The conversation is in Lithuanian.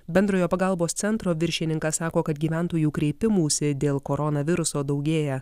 bendrojo pagalbos centro viršininkas sako kad gyventojų kreipimųsi dėl koronaviruso daugėja